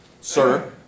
sir